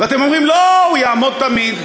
ואתם אומרים: לא, הוא יעמוד תמיד.